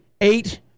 eight